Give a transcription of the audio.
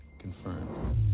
Confirmed